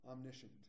omniscient